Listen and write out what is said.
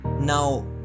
Now